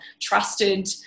trusted